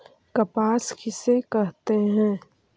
कपास किसे कहते हैं?